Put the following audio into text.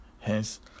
Hence